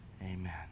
amen